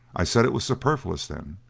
i said it was superfluous, then.